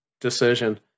decision